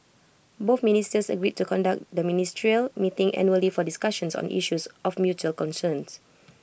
both ministers agreed to conduct the ministerial meeting annually for discussions on issues of mutual concerns